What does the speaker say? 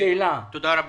תודה רבה.